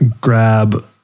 grab